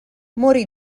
morì